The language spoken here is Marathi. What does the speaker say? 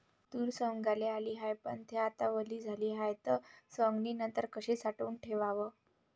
तूर सवंगाले आली हाये, पन थे आता वली झाली हाये, त सवंगनीनंतर कशी साठवून ठेवाव?